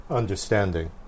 understanding